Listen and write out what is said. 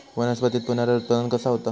वनस्पतीत पुनरुत्पादन कसा होता?